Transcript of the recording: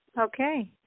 Okay